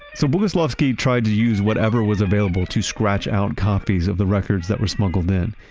so bogoslowski tried to use whatever was available to scratch out copies of the records that were smuggled in.